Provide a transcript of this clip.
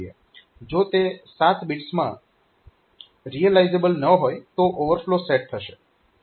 જો તે 7 બિટ્સમાં રિયલાઈઝેબલ ન હોય તો ઓવરફ્લો સેટ થશે